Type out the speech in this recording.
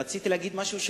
רציתי להגיד משהו.